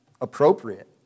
appropriate